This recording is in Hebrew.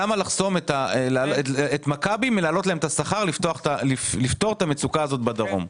למה לחסום את מכבי מלהעלות להם את השכר כדי לפתור את המצוקה הזאת בדרום?